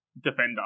defender